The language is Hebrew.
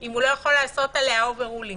אם הוא לא יכול לעשות עליה אובר רולינג?